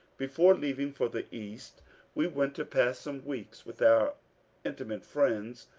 before leaving for the east we went to pass some weeks with our intimate friends,